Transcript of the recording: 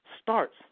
starts